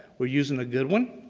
we're using the good one,